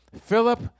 philip